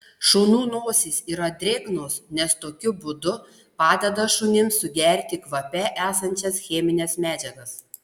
šunų nosys yra drėgnos nes tokiu būdu padeda šunims sugerti kvape esančias chemines medžiagas